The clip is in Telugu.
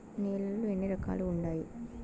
నేలలు ఎన్ని రకాలు వుండాయి?